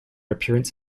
appearance